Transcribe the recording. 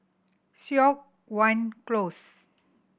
Siok Wan Close